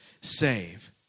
save